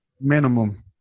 Minimum